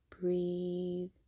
Breathe